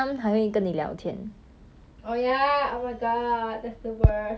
我会 paiseh to like ignore so 我会 like oh 我我 meet 朋友